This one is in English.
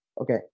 Okay